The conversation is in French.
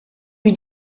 lui